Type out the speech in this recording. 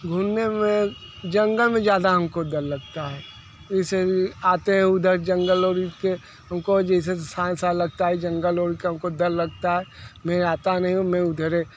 घूमने में जंगल में ज़्यादा हमको डर लगता है इसे आते हैं उधर जंगल और ई के हमको जैसे साइंसा सा लगता है जंगल हमको डर लगता है मैं आता नहीं हूँ मैं उधर ही